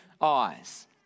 eyes